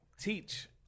teach